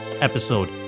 episode